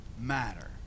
matter